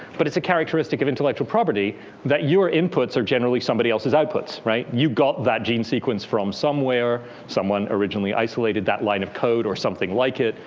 but it's a characteristic of intellectual property that you're inputs are generally somebody else's outputs. right. you've got that gene sequence from somewhere. someone originally isolated that line of code or something like it,